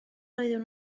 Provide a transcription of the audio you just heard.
oeddwn